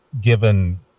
given